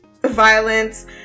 violence